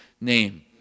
name